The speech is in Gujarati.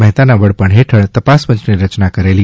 મહેતાના વડપણ હેઠળ તપાસપંચની રચના કરેલી